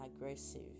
aggressive